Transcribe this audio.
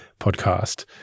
podcast